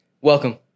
welcome